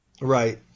Right